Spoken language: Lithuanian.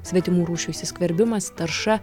svetimų rūšių įsiskverbimas tarša